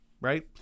right